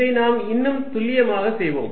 இதை நாம் இன்னும் துல்லியமாக செய்வோம்